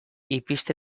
ipizte